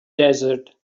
desert